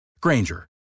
Granger